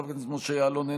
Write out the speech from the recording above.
חבר הכנסת משה יעלון,